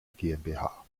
gmbh